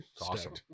Awesome